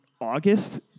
August